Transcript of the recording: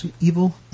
evil